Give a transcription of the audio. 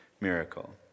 miracle